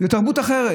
זאת תרבות אחרת.